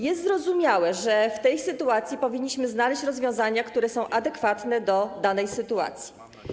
Jest zrozumiałe, że w tej sytuacji powinniśmy znaleźć rozwiązania, które są adekwatne do danej sytuacji.